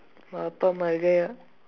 உன் அப்பா mar gaya